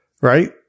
right